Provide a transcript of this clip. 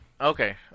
Okay